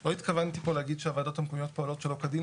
לא התכוונתי פה להגיד שהוועדות המקומיות פועלות שלא כדין.